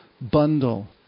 bundle